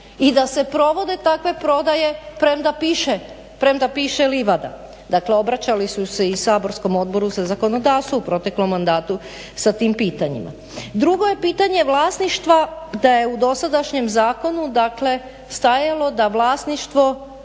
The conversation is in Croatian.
i da se provode takve prodaje premda piše livada. Dakle obraćali su se i saborskom odboru za zakonodavstvo u proteklom mandatu sa tim pitanjima. Drugo je pitanje vlasništva da je u dosadašnjem zakonu dakle stajalo da vlasništvo